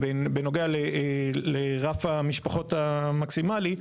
בנוגע לרף המשפחות המקסימלי.